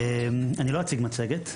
אני לא אציג מצגת,